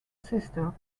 sister